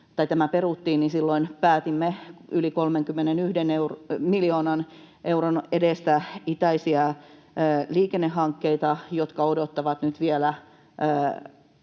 peruttiin, niin silloin päätimme yli 31 miljoonan euron edestä itäisiä liikennehankkeita, jotka odottavat nyt vielä